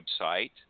website